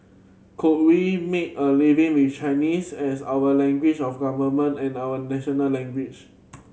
could we make a living with Chinese as our language of government and our national language